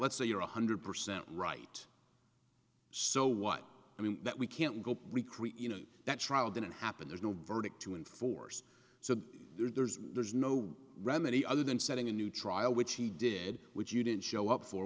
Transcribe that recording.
let's say you're one hundred percent right so what i mean that we can't go recreate you know that trial didn't happen there's no verdict to enforce so there's there's no remedy other than setting a new trial which he did which didn't show up for